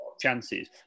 chances